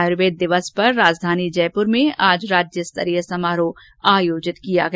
आयुर्वेद दिवस पर राजधानी जयपुर में आज राज्य स्तरीय समारोह आयोजित किया गया